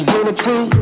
unity